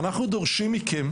אנחנו דורשים מכם